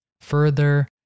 further